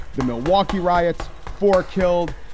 the milwaukee riots, four killed.